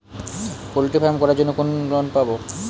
Poultry farm করার জন্য কোন লোন পাব?